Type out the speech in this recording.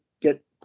get